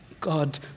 God